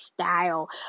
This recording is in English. style